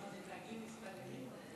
מה זה דגים מסתננים?